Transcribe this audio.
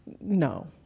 no